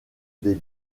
des